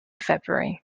february